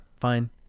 fine